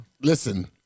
Listen